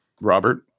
Robert